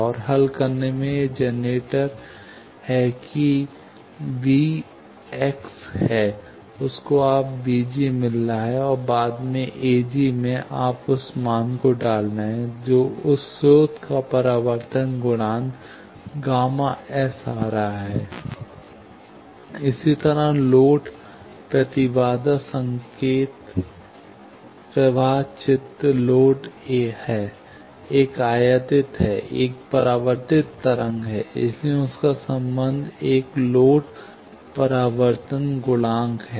और हल करने से यह जनरेटर है कि यह b s हैं उससे आपको b g मिल रहा है और ag में आप उस मान को डाल रहे हैं जो उस स्रोत का परावर्तन गुणांक Γs आ रहा है इसी तरह लोड प्रतिबाधा का संकेत प्रवाह चित्र लोड है एक आयातित है एक परावर्तित तरंग है इसलिए उनका संबंध एक लोड परावर्तन गुणांक है